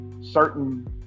certain